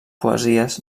poesies